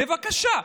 בבקשה.